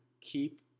keep